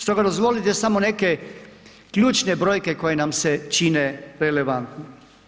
Stoga dozvolite samo neke ključne brojke koje nam se čine relevantnim.